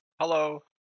Hello